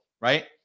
right